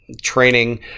training